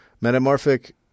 metamorphic